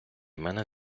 мене